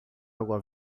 água